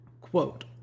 quote